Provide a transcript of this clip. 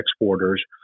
exporters